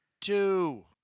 two